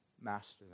master